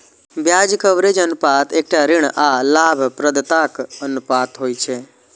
ब्याज कवरेज अनुपात एकटा ऋण आ लाभप्रदताक अनुपात होइ छै